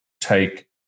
take